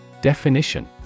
Definition